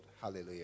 hallelujah